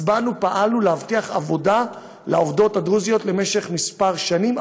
אז פעלנו להבטיח עבודה לעובדות הדרוזיות למשך כמה שנים,